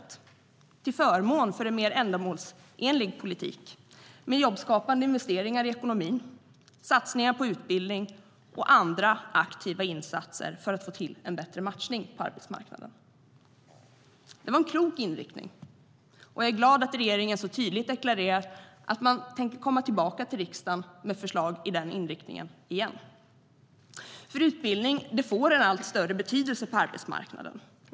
Det föreslog man till förmån för en mer ändamålsenlig politik med jobbskapande investeringar i ekonomin, satsningar på utbildning och andra aktiva insatser för att få en bättre matchning på arbetsmarknaden. Det var en klok inriktning, och jag är glad att regeringen tydligt deklarerat att man tänker komma tillbaka till riksdagen med förslag i den riktningen igen. Utbildning får en allt större betydelse på arbetsmarknaden.